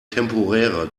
temporäre